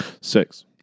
Six